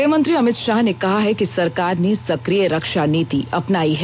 गृहमंत्री अमित शाह ने कहा है कि सरकार ने सक्रिय रक्षा नीति अपनाई है